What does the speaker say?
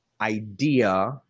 idea